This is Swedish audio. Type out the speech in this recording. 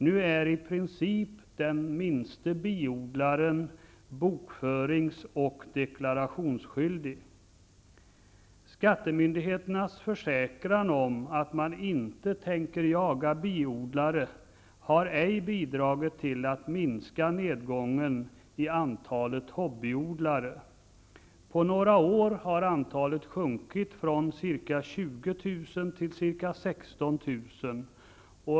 Nu är i princip den minste biodlare bokförings och deklarationsskyldig. Skattemyndigheternas försäkran om att man inte tänker ''jaga biodlare'' har ej bidragit till att minska nedgången i antalet hobbyodlare. På några år har antalet sjunkit från ca 20 000 till ca 16 000.